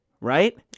right